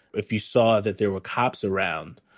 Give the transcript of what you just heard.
if you saw that there were cops around,